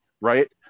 right